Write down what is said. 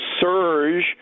surge